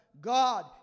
God